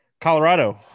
Colorado